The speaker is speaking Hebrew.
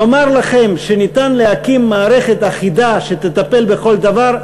לומר לכם שניתן להקים מערכת אחידה שתטפל בכל דבר,